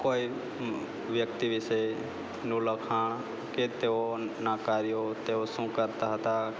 કોઈ વ્યક્તિ વિષેનું લખાણ કે તેઓના કાર્યો તેઓ શું કરતા હતા